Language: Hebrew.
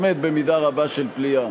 באמת במידה רבה של פליאה: